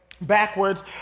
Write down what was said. backwards